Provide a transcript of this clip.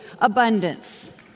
abundance